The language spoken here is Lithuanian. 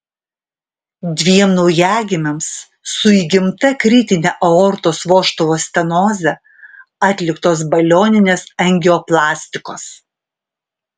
dviem naujagimiams su įgimta kritine aortos vožtuvo stenoze atliktos balioninės angioplastikos